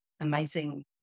Amazing